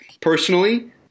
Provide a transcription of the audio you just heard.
personally